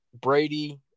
Brady